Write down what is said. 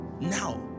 Now